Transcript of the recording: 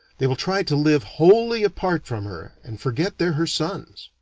they will try to live wholly apart from her and forget they're her sons.